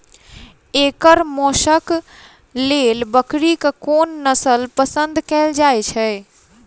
एकर मौशक लेल बकरीक कोन नसल पसंद कैल जाइ छै?